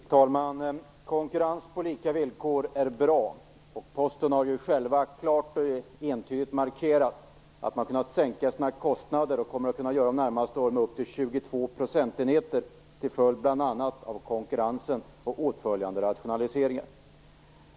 Fru talman! Konkurrens på lika villkor är bra. Från Postens sida har man ju klart och entydigt markerat att man kunnat sänka sina kostnader - och kommer att göra under de närmaste åren - med upp till 22 procentenheter, bl.a. till följd av konkurrensen och åtföljande rationaliseringar.